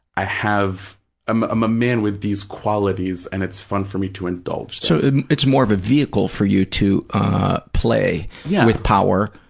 i have, i'm a man with these qualities and it's fun for me to indulge them. so it's more of a vehicle for you to ah play yeah with power